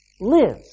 lives